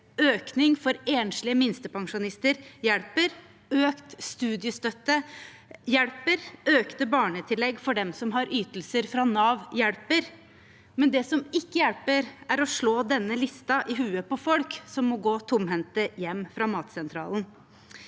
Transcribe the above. økning for enslige minstepensjonister hjelper, økt studiestøtte hjelper, og økt barnetillegg for dem som har ytelser fra Nav, hjelper. Men det som ikke hjelper, er å slå denne listen i hodet på folk som må gå tomhendt hjem fra Matsentralen.